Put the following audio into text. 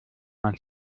man